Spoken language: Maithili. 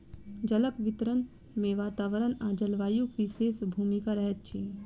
जलक वितरण मे वातावरण आ जलवायुक विशेष भूमिका रहैत अछि